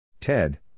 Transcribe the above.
Ted